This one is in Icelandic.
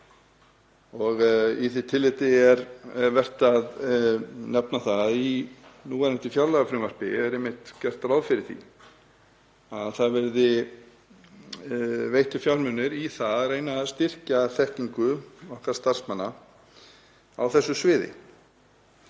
Í því tilliti er vert að nefna að í núverandi fjárlagafrumvarpi er einmitt gert ráð fyrir því að veittir verði fjármunir í að reyna að styrkja þekkingu okkar starfsmanna á þessu sviði.